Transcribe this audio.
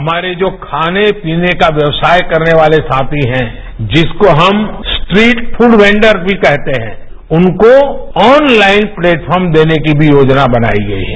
हमारे जो खाने पीने का व्यवसाय करने वाले साथी हैं जिसको हम स्ट्रीट फूड वेंडर भी कहते हैं उनको ऑनलाइन प्लेटफॉर्म दर्दने की मी योजना बनाई गई है